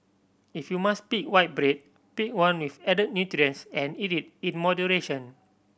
if you must pick white bread pick one with add nutrients and eat it in moderation